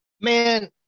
Man